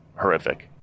horrific